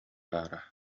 баара